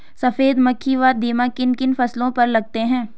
सफेद मक्खी व दीमक किन किन फसलों पर लगते हैं?